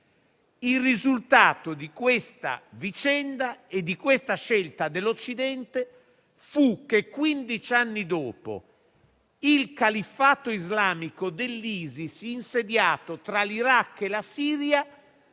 Il risultato della vicenda e di questa scelta dell'Occidente fu che quindici anni dopo il califfato islamico dell'ISIS, insediato tra l'Iraq e la Siria,